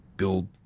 build